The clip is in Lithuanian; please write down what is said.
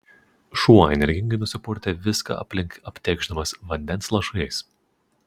šuo energingai nusipurtė viską aplink aptėkšdamas vandens lašais